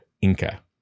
Inca